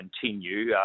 continue